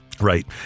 Right